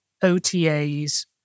OTAs